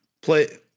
Play